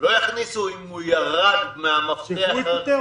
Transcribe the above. אם אתה רוצה לצאת כך שהמפתח משתנה,